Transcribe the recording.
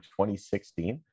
2016